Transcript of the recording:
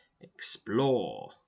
Explore